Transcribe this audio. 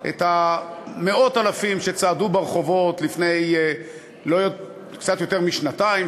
את מאות האלפים שצעדו ברחובות לפני קצת יותר משנתיים,